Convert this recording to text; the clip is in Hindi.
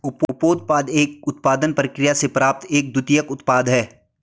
उपोत्पाद एक उत्पादन प्रक्रिया से प्राप्त एक द्वितीयक उत्पाद है